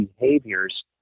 behaviors